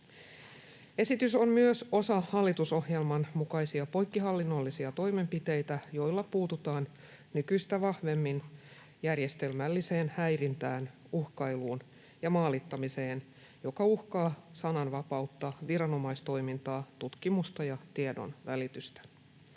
Esitys on myös osa hallitusohjelman mukaisia poikkihallinnollisia toimenpiteitä, joilla puututaan nykyistä vahvemmin järjestelmälliseen häirintään, uhkailuun ja maalittamiseen, joka uhkaa sananvapautta, viranomaistoimintaa, tutkimusta ja tiedonvälitystä.